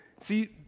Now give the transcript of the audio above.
See